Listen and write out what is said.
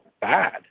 bad